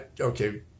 Okay